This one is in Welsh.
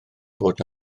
bod